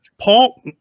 Paul